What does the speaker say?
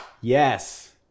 Yes